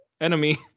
enemy